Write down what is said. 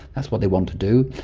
that's what they want to do,